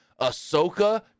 Ahsoka